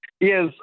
Yes